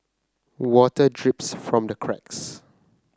water drips from the cracks